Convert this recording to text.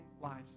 lives